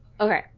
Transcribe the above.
Okay